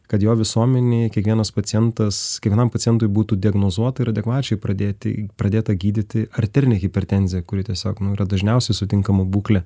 kad jo visuomenėj kiekvienas pacientas kiekvienam pacientui būtų diagnozuota ir adekvačiai pradėti pradėta gydyti arterinė hipertenzija kuri tiesiog nu yra dažniausiai sutinkamų būklė